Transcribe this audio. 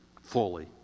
fully